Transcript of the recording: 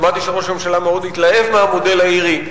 שמעתי שראש הממשלה מאוד התלהב מהמודל האירי.